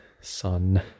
sun